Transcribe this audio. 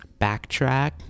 backtrack